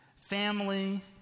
family